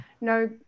no